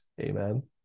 Amen